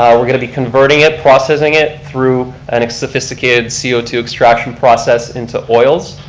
um we're going to be converting it, processing it, through and a sophisticated c o two extraction process into oils,